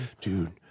Dude